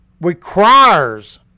requires